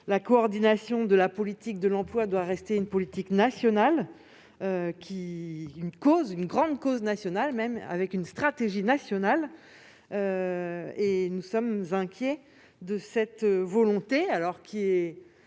la coordination de la politique de l'emploi doit rester une politique nationale, et même une grande cause nationale, avec une stratégie nationale. Nous sommes inquiets de cette volonté récurrente